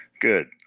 Good